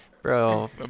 bro